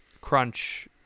crunch